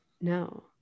No